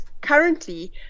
currently